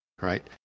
right